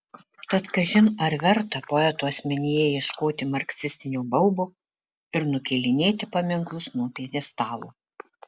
tad kažin ar verta poeto asmenyje ieškoti marksistinio baubo ir nukėlinėti paminklus nuo pjedestalų